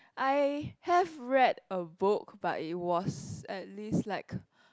I have read a book but it was at least like